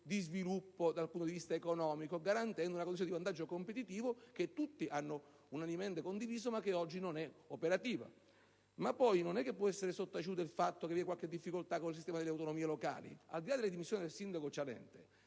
di sviluppo dal punto di vista economico, garantendo una condizione di vantaggio competitivo, che tutti hanno unanimemente condiviso, ma che oggi non è operativa. Inoltre, non può essere sottaciuto il fatto che vi sia qualche difficoltà con il sistema delle autonomie locali. Al di là delle dimissioni del sindaco Cialente,